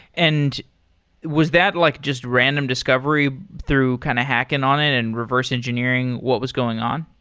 and was that like just random discovery through kind of hacking on it and reverse engineering what was going on?